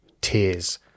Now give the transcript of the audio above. Tears